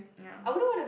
yeah